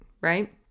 right